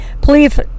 Police